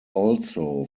also